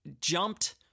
jumped